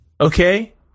Okay